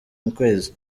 kwezi